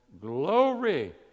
glory